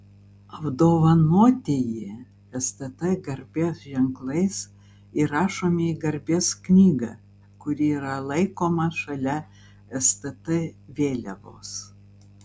apdovanotieji stt garbės ženklais įrašomi į garbės knygą kuri yra laikoma šalia stt vėliavos